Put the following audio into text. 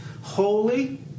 holy